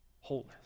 Wholeness